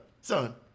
son